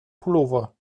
pullover